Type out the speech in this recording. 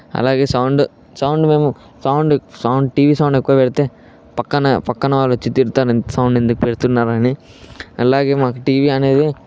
అలాగే sound sound మేము sound sound TV sound ఎక్కువ పెడితే పక్కన పక్కన వాళ్ళొచ్చి తిడతారు ఇంత సౌండ్ ఎందుకు పెడుతున్నారని అలాగే మాకు టీవీ అనేది